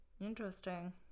interesting